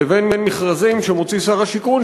לבין מכרזים שמוציא שר השיכון,